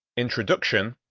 introduction.